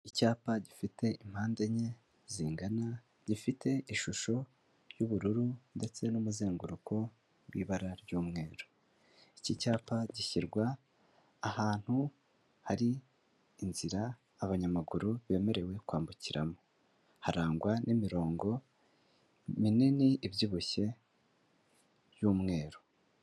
Icyapa gifite impande enye zingana gifite ishusho y'ubururu ndetse n'umuzenguruko w'ibara ry'umweru, iki cyapa gishyirwa ahantu hari inzira abanyamaguru bemerewe kwambukiramo harangwa n'imirongo minini ibyibushye y'umweru.